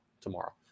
tomorrow